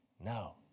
No